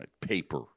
Paper